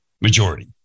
majority